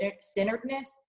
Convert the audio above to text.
centeredness